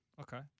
Okay